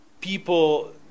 People